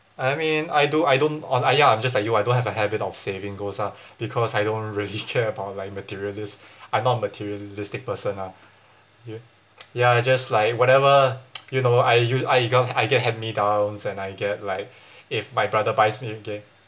I mean I do I don't on ah ya I'm just like you I don't have a habit of saving goals ah because I don't really care about like materialist I'm not materialistic person ah you ya I just like whatever you know I use I go~ I get hand-me-downs and I get like if my brother buys me okay